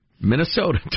Minnesota